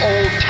Old